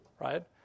right